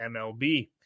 MLB